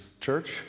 church